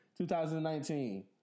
2019